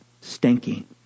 stinking